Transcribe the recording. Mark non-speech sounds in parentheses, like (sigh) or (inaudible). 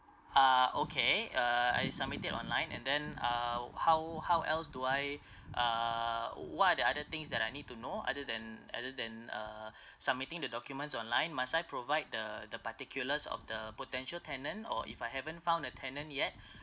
ah okay uh I submit it online and then ah how how else do I (breath) uh what are the other things that I need to know other than other than uh (breath) submitting the documents online must I provide the the particulars of the potential tenant or if I haven't found a tenant yet (breath)